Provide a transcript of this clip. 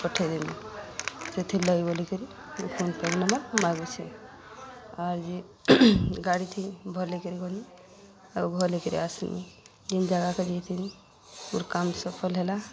ପଠେଇଦେମି ସେଥିର୍ଲାଗି ବୋଲିକରି ମୁଁ ଫୋନ୍ ପେ ନମ୍ୱର୍ ମାଗୁଛେ ଆଉର୍ ଯେ ଗାଡ଼ି ଭଲ କିରି ଭନି ଆଉ ଭଲ କିରି ଆସଲି ଜେନ୍ ଜାଗାକେ ଯାଇଥିନି ମୋର୍ କାମ୍ ସଫଲ ହେଲା